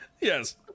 Yes